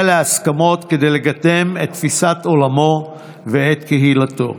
להסכמות כדי לקדם את תפיסת עולמו ואת קהילתו.